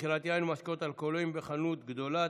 מכירת יין ומשקאות אלכוהוליים בחנות גדולה),